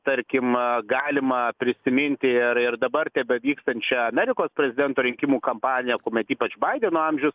tarkim galima prisiminti ir ir dabar tebevykstančią amerikos prezidento rinkimų kampaniją kuomet ypač baideno amžius